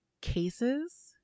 cases